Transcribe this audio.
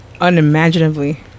unimaginably